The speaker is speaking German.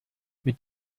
mit